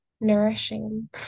nourishing